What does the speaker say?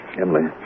Emily